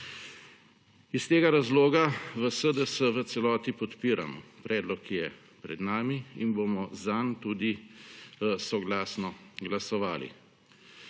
Iz tega razloga v SDS v celoti podpiramo predlog, ki je pred nami, in bomo zanj tudi soglasno glasovali.